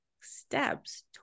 steps